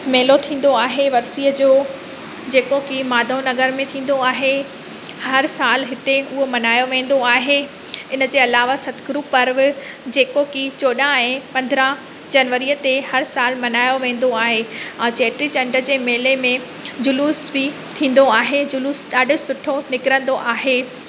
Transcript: मेलो थींदो आहे वर्सीअ जो जेको कि माधव नगर में थींदो आहे हर साल हिते उहो मल्हायो वेंदो आहे इन जे अलावा सतगुरू पर्व जेको की चोॾहां ऐं पंदरहां जनवरीअ ते हर साल मल्हायो वेंदो आहे ऐं चेटीचंड जे मेले में जुलुस बि थींदो आहे जुलुस ॾाढो सुठो निकिरंदो आहे